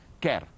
care